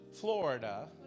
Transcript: Florida